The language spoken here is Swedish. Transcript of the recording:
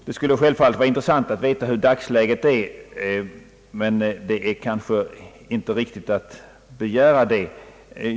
Det skulle självfallet vara intressant att veta hur dagsläget är, men det vore kanske inte riktigt att begära en sådan sak.